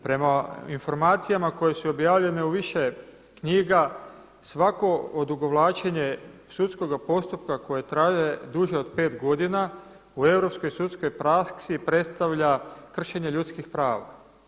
Prema informacijama koje su objavljene u više knjiga svako odugovlačenje sudskoga postupka koje traje duže od 5 godina u europskoj sudskoj praksi predstavlja kršenje ljudskih prava.